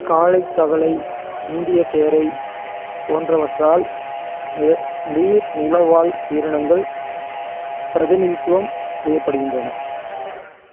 காளைத் தவளை இந்திய தேரை போன்றவற்றால் நீர் நிலவாழ் உயிரினங்கள் பிரதிநிதித்துவம் செய்யப்படுகின்றன